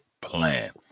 plan